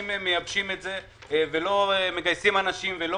אם הם מייבשים את זה ולא מגייסים אנשים ולא